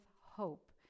hope